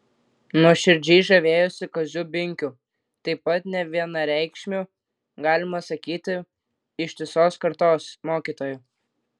nuoširdžiai žavėjosi kaziu binkiu taip pat nevienareikšmiu galima sakyti ištisos kartos mokytoju